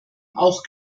auch